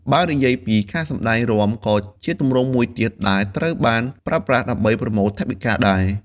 បើនិយាយពី ការសម្ដែងរាំក៏ជាទម្រង់មួយទៀតដែលត្រូវបានប្រើប្រាស់ដើម្បីប្រមូលថវិការដែរ។